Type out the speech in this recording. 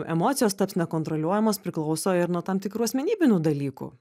emocijos taps nekontroliuojamos priklauso ir nuo tam tikrų asmenybinių dalykų